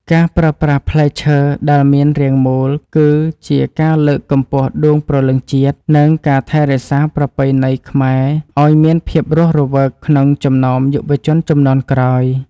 ការប្រើប្រាស់ផ្លែឈើដែលមានរាងមូលគឺជាការលើកកម្ពស់ដួងព្រលឹងជាតិ និង ការថែរក្សាប្រពៃណីខ្មែរឱ្យមានភាពរស់រវើកក្នុងចំណោមយុវជនជំនាន់ក្រោយ។